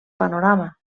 panorama